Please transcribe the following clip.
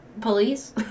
Police